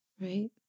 right